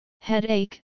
Headache